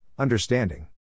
Understanding